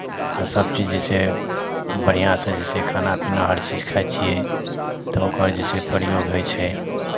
आ सभचीज जे छै बढ़िआँसँ जे छै खाना पीना हरचीज खाइ छियै तऽ ओकर जे छै प्रयोग होइ छै